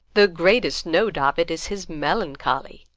the greatest note of it is his melancholy.